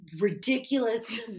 ridiculous